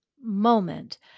moment